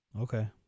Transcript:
Okay